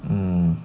mm